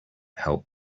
help